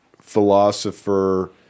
philosopher